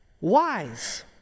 wise